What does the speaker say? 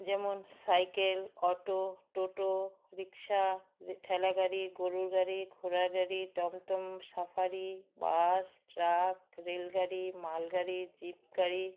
যেমন cycle auto টোটো রিক্শা ঠেলাগাড়ি গরুর গাড়ি ঘোড়ার গাড়ি টমটম সাফারি বাস ট্রাক রেলগাড়ি মালগাড়ি জিপ গাড়ি